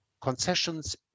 concessions